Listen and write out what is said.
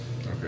okay